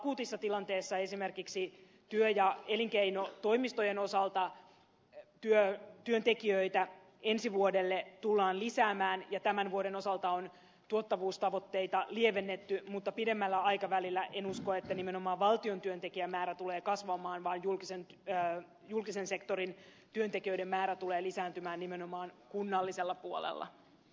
akuutissa tilanteessa esimerkiksi työ ja elinkeinotoimistojen osalta työntekijöitä ensi vuodelle tullaan lisäämään ja tämän vuoden osalta on tuottavuustavoitteita lievennetty mutta pidemmällä aikavälillä en usko että nimenomaan valtion työntekijämäärä tulee kasvamaan vaan julkisen sektorin työntekijöiden määrä tulee lisääntymään nimenomaan kunnallisella puolella